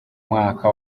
mwaka